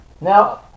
Now